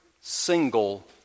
single